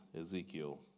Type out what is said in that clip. Ezekiel